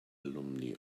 alumni